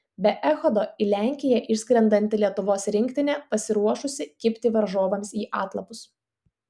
be echodo į lenkiją išskrendanti lietuvos rinktinė pasiruošusi kibti varžovams į atlapus